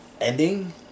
ending